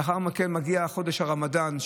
לאחר מכן מגיע חודש רמדאן,